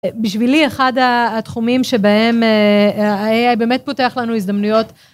בשבילי אחד התחומים שבהם ה-AI באמת פותח לנו הזדמנויות.